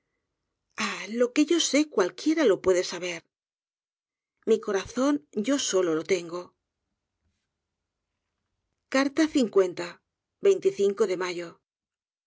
ah lo que yo sé cualquiera lo puede saber mi corazón yo solo lo tengo de mayo